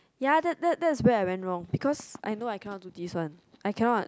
ya that that that is where I went wrong because I know I cannot do this one I cannot